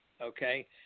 okay